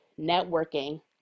networking